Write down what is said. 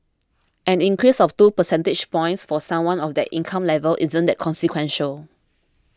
an increase of two percentage points for someone of that income level isn't that consequential